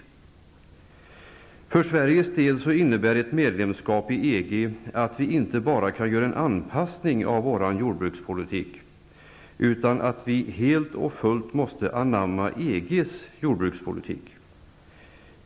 För Sveriges del innebär ett medlemsskap i EG att vi inte bara får göra en anpassning av vår jordbrukspolitik, utan att vi helt och fullt måste anamma EG:s jordbrukspolitik.